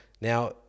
Now